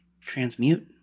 transmute